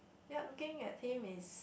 ya looking at him is